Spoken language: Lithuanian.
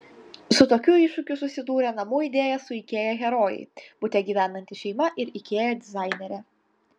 su tokiu iššūkiu susidūrė namų idėja su ikea herojai bute gyvenanti šeima ir ikea dizainerė